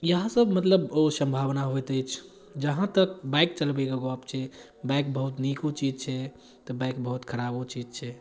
ई अहाँसब मतलब जे सम्भावना होइत अछि जहाँ तक बाइक चलबैके गप छै बाइक बहुत नीको चीज छै तऽ बाइक बहुत खराबो चीज छै